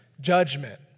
judgment